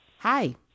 Hi